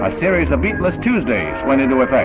a series of meatless tuesdays went into effect.